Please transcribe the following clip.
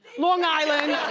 long island!